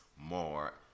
more